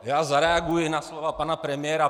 Já zareaguji na slova pana premiéra.